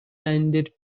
minded